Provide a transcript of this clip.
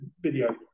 video